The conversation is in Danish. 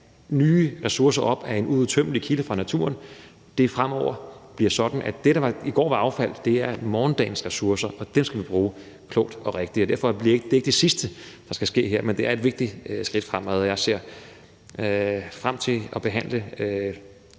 nye ressourcer op som af en uudtømmelig kilde i naturen, bliver det fremover sådan, at det, der i går var affald, er morgendagens ressourcer, og dem skal vi bruge klogt og rigtigt. Det her er jo ikke det sidste, der skal ske, men det er et vigtigt skridt fremad, og jeg ser frem til at behandle